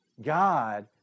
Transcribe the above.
God